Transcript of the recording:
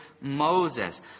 Moses